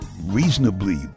reasonably